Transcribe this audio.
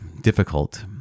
difficult